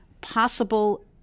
possible